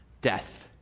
death